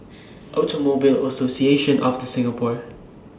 Automobile Association of The Singapore